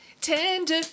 tender